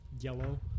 yellow